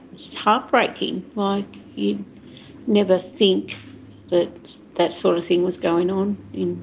it's heartbreaking. like you'd never think that that sort of thing was going on.